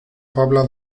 pobla